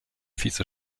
vize